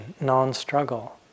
non-struggle